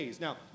Now